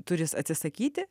turi is atsisakyti